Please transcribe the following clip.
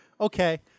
Okay